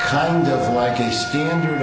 kind of like a standard